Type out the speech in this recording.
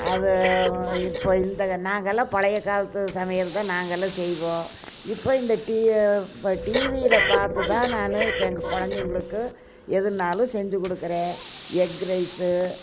அதை இப்போ இந்த நாங்கள்லாம் பழைய காலத்து சமையல் தான் நாங்கள்லாம் செய்வோம் இப்போ இந்த டீ வ டிவியில் பார்த்து தான் நான் க எங்கள் குழந்தைங்களுக்கு எதனாலும் செஞ்சுக் கொடுக்கறேன் எக் ரைஸு